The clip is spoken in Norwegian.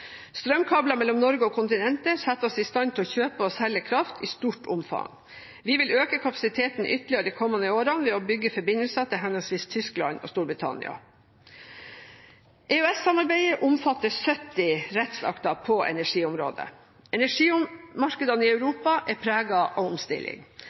Strømkabler mellom Norge og kontinentet setter oss i stand til å kjøpe og selge kraft i stort omfang. Vi vil øke kapasiteten ytterligere de kommende årene ved å bygge forbindelser til henholdsvis Tyskland og Storbritannia. EØS-samarbeidet omfatter 70 rettsakter på energiområdet. Energimarkedene i